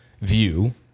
view